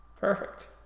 Perfect